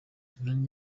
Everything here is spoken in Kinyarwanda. nka